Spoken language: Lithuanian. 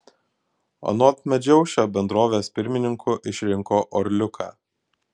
anot medžiaušio bendrovės pirmininku išrinko orliuką